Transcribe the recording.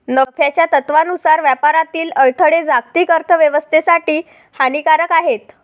नफ्याच्या तत्त्वानुसार व्यापारातील अडथळे जागतिक अर्थ व्यवस्थेसाठी हानिकारक आहेत